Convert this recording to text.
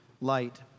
light